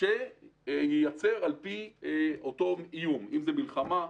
שנוצר על פי אותו איום מלחמה,